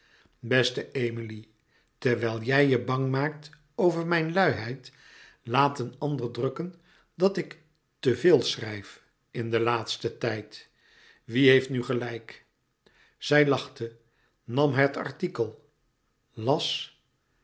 beste emilie terwijl jij je bang maakt over mijn luiheid laat een ander drukken dat ik te veel schrijf in den laatsten tijd wie heeft nu gelijk louis couperus metamorfoze zij lachte nam het artikel las